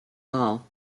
all